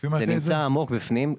זה נמצא עמוק בפנים.